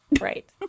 Right